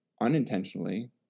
unintentionally